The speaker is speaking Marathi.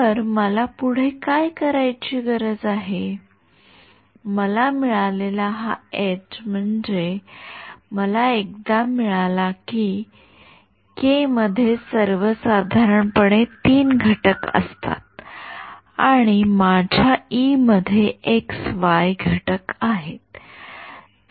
तर मला पुढे काय करण्याची गरज आहे मला मिळालेला हा एच म्हणजे मला एकदा मिळाला की के मध्ये सर्वसाधारणपणे 3 घटक असतात आणि माझ्या ई मध्ये एक्स वाई घटक आहेत